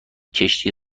کشتی